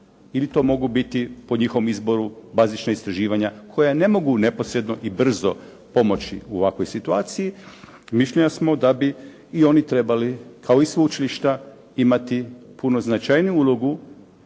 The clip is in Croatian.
ili to mogu biti po njihovom izboru bazična istraživanja koja ne mogu neposredno i brzo pomoći u ovakvoj situaciji, mišljenja smo da bi i oni trebali kao i sveučilišta imati puno značajniju ulogu